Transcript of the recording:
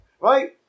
right